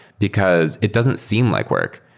because it doesn't seem like work,